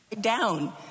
down